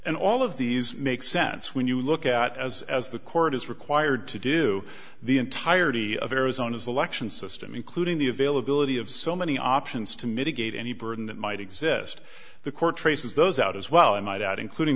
and all of these make sense when you look at as as the court is required to do the entirety of arizona's election system including the availability of so many options to mitigate any burden that might exist the court traces those out as well i might add including